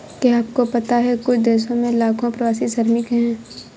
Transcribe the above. क्या आपको पता है कुछ देशों में लाखों प्रवासी श्रमिक हैं?